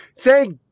Thank